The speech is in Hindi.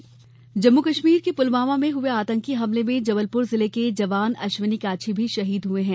पुलवामा शहीद जम्मू कश्मीर के पुलवामा में हुए आतंकी हमले में जबलपुर जिले के जवान अश्विनी काछी भी शहीद हुए हैं